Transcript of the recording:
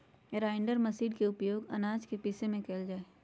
grinder machine के उपयोग आनाज के पीसे में कइल जाहई